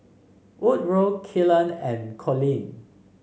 Woodroe Kylan and Colleen